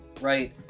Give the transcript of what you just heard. right